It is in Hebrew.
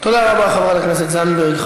תודה רבה, חברת הכנסת זנדברג.